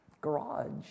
garage